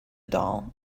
doll